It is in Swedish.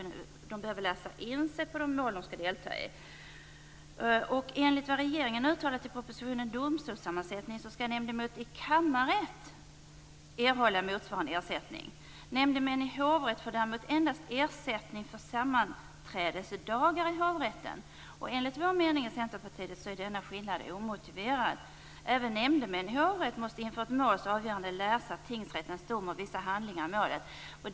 De behöver läsa in sig på de mål de skall delta i. Enligt vad regeringen har uttalat i propositionen om domstolssammansättning skall nämndemän i kammarrätt erhålla motsvarande ersättning. Nämndemän i hovrätt får däremot endast ersättning för sammanträdesdagar i hovrätten. Enligt Centerpartiets mening är denna skillnad omotiverad. Även nämndemän i hovrätt måste ju inför ett måls avgörande läsa tingsrättens dom och vissa handlingar i målet.